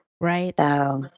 Right